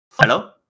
Hello